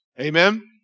Amen